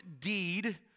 deed